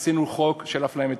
עשינו חוק של אפליה מתקנת.